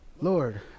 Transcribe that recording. lord